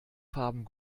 farben